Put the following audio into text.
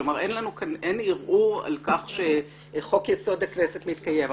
אין ערעור על כך שחוק-יסוד: הכנסת מתקיים,